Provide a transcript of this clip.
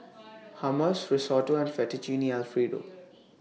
Hummus Risotto and Fettuccine Alfredo